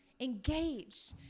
engage